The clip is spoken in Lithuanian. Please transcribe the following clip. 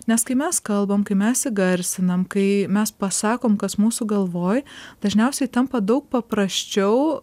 nes kai mes kalbam kai mes įgarsinam kai mes pasakom kas mūsų galvoj dažniausiai tampa daug paprasčiau